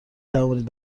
توانید